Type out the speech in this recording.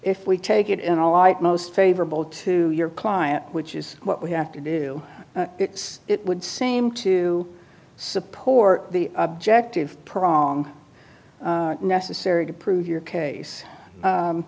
if we take it in a light most favorable to your client which is what we have to do it would seem to support the objective prong necessary to prove your case